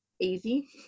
easy